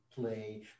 play